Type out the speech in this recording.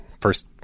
first